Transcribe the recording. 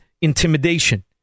intimidation